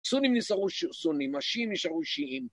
‫סונים נשארו סונים, ‫השיעים נשארו שיעים.